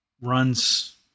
runs